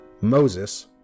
Moses